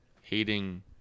hating